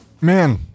man